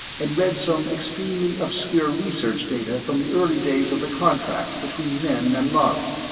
and read some extremely obscure research data from the early days of the contact between men and lhari,